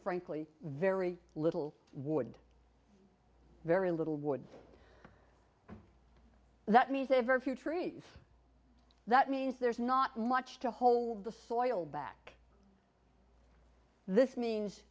frankly very little wood very little woods that means a very few trees that means there's not much to hold the soil back this means